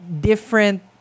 different